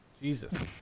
Jesus